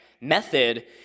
method